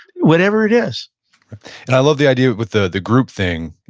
whatever it is and i love the idea with the the group thing,